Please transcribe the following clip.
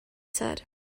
said